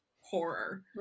horror